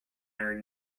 our